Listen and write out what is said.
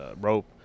rope